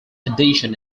edition